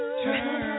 turn